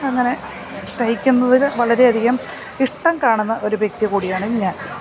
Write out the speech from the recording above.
അങ്ങനെ തയ്ക്കുന്നതിൽ വളരെയധികം ഇഷ്ടം കാണുന്ന ഒരു വ്യക്തി കൂടിയാണ് ഞാന്